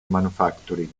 manufacturing